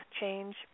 change